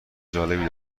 جالبی